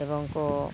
ᱮᱵᱚᱝ ᱠᱚ